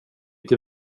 till